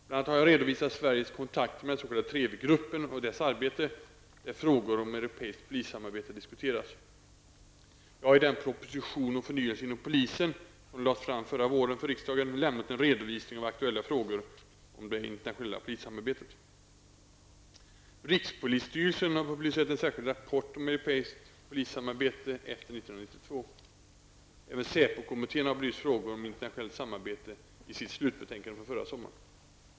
Bl.a. har jag redovisat Sveriges kontakter med den s.k. TREVI gruppen och dess arbete, där frågor om europeiskt polissamarbete diskuteras. Jag har i den proposition om förnyelse inom polisen har belyst frågor om internationellt samarbete i sitt slutbetänkande från förra sommaren.